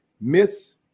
Myths